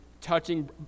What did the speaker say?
touching